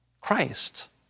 Christ